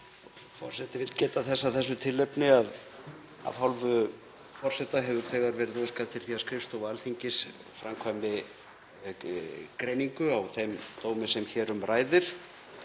Forseti vill geta þess af þessu tilefni að af hálfu forseta hefur þegar verið óskað eftir því að skrifstofa Alþingis framkvæmi greiningu á þeim dómi sem hér um ræðir